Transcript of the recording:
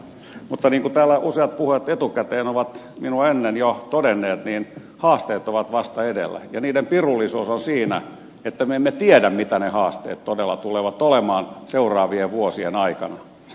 mutta niin kuin täällä useat puhujat etukäteen ovat jo ennen minua todenneet haasteet ovat vasta edessä ja niiden pirullisuus on siinä että me emme tiedä mitä ne haasteet todella tulevat olemaan seuraavien vuosien aikana